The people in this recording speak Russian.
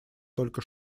только